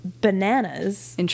bananas